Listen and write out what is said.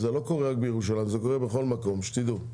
זה לא קורה רק בירושלים, זה קורה בכל מקום, שתדעו.